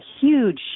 huge